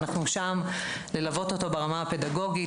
אנחנו שם כדי ללוות אותו ברמה הפדגוגית,